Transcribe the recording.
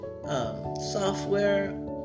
Software